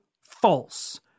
false